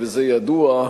וזה ידוע,